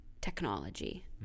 technology